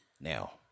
Now